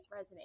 resonate